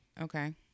Okay